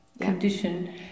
condition